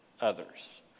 others